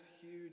huge